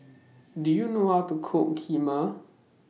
Do YOU know How to Cook Kheema